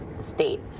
state